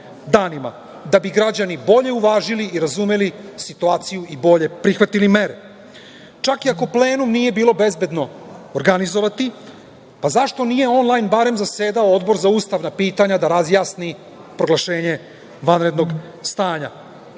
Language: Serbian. da bi građani bolje uvažili i razumeli situaciju i bolje prihvatili mere. Čak i ako plenum nije bilo bezbedno organizovati, zašto nije onlajn zasedao Odbor za ustavna pitanja da razjasni proglašenje vanrednog stanja.